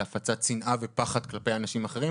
להפצת שנאה ופחד כלפי אנשים אחרים,